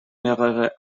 mehrere